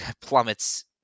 plummets